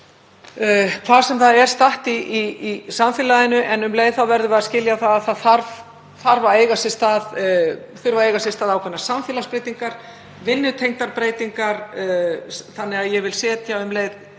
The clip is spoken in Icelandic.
hvar sem það er statt í samfélaginu. En um leið verðum við að skilja að það þurfa að eiga sér stað ákveðnar samfélagsbreytingar, vinnutengdar breytingar. Þannig að ég vil senda um leið